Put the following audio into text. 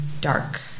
dark